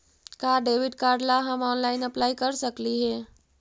का debit card ला हम ऑनलाइन अप्लाई कर सकली हे?